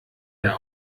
der